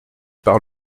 par